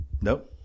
Nope